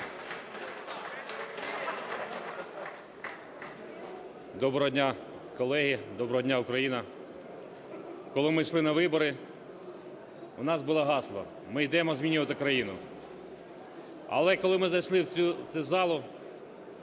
Доброго дня, колеги! Доброго дня, Україно! Коли ми йшли на вибори, у нас було гасло "Ми йдемо змінювати країну". Але коли ми зайшли в цю залу,